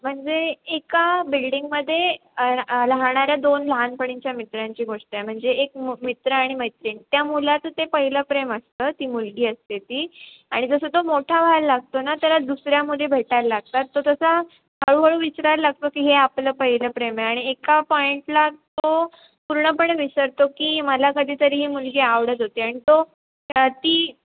म्हणजे एका बिल्डिंगमध्ये राहाणाऱ्या दोन लहानपणींच्या मित्रांची गोष्ट आहे म्हणजे एक मित्र आणि मैत्रिण त्या मुलाचं ते पहिलं प्रेम असतं ती मुलगी असते ती आणि जसं तो मोठा व्हायला लागतो ना त्याला दुसऱ्या मुली भेटायला लागतात तो तसा हळूहळू विसरायला लागतो की हे आपलं पहिलं प्रेम आहे आणि एका पॉइंटला तो पूर्णपणे विसरतो की मला कधी तरी ही मुलगी आवडत होती आणि तो ती